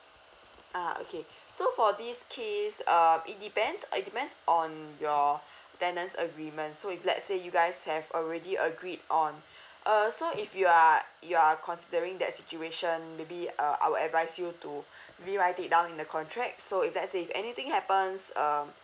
ah okay so for this case um it depends it depends on your tenants agreement so if let's say you guys have already agreed on uh so if you are you are considering that situation maybe uh I will advice you to maybe write it down the contract so if let's say if anything happens um